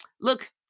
look